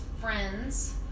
friends